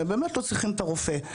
הם באמת לא צריכים את הרופא.